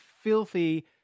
filthy